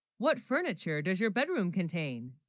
what furniture does your bedroom contain